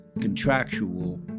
contractual